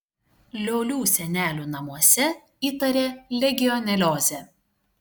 liolių senelių namuose įtarė legioneliozę